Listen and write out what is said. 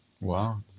Wow